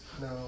No